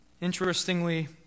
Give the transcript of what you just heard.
Interestingly